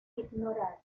ignorar